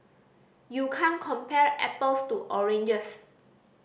you can't compare apples to oranges